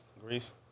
Greece